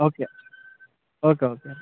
okay okay okay